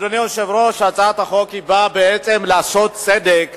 אדוני היושב-ראש, הצעת החוק באה לעשות צדק